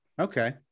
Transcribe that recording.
okay